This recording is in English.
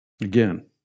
Again